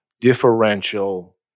differential